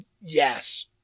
Yes